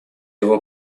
его